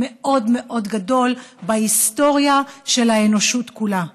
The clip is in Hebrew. מאוד מאוד גדול גם בהיסטוריה של האנושות כולה.